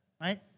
right